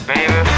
Baby